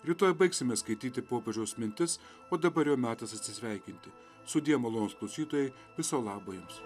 rytoj baigsime skaityti popiežiaus mintis o dabar jau metas atsisveikinti sudie malonūs klausytojai viso labo jums